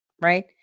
right